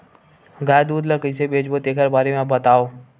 गाय दूध ल कइसे बेचबो तेखर बारे में बताओ?